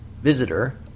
visitor